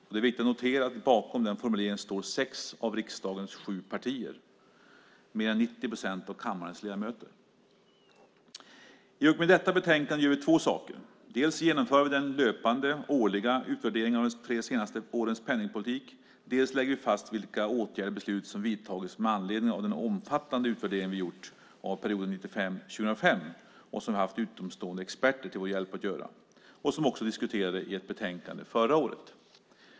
Det är viktigt att notera att bakom den formuleringen står sex av riksdagens sju partier, mer än 90 procent av kammarens ledamöter. I och med detta betänkande gör vi två saker. Dels genomför vi den löpande årliga utvärderingen av de tre senaste årens penningpolitik, dels lägger vi fast vilka åtgärder som vidtagits och vilka beslut som tagits med anledning av den omfattande utvärdering vi gjort av perioden 1995-2005 och som vi haft utomstående experter till vår hjälp att göra och som vi diskuterade i ett betänkande förra året.